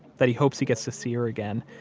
that he hopes he gets to see her again,